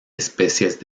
especies